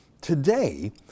today